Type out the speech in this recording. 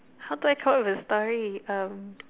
how do I come up with a story um